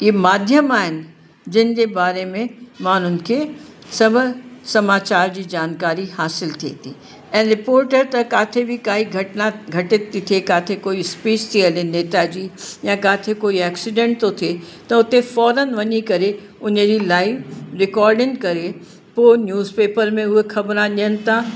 हीउ माध्यम आहिनि जिन जे बारे में माण्हुनि खे सभ समाचार जी जानकारी हासिल थिए थी ऐं रिपोर्टर त किथे बि काई घटना घटित थी थिए किथे कोई स्पीच ती हले नेता जी या किथे कोई एक्सीडेंट थो थिए त उते फ़ौरन वञी करे उनजी लाइव रिकॉर्डिंग करे पोइ न्यूज़ पेपर में उहे ख़बरूं ॾियनि था